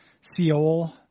Seoul